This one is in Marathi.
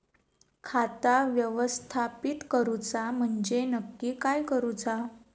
खाता व्यवस्थापित करूचा म्हणजे नक्की काय करूचा?